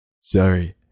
Sorry